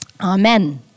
amen